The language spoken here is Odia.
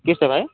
କିସ ଭାଇ